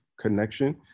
connection